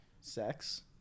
Sex